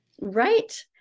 Right